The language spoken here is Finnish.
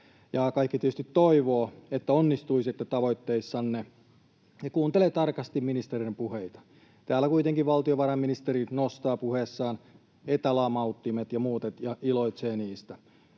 tietysti toivovat, että onnistuisitte tavoitteissanne, ja kuuntelevat tarkasti ministereiden puheita. Täällä kuitenkin valtiovarainministeri nostaa puheessaan etälamauttimet ja muut ja iloitsee niistä.